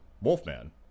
Wolfman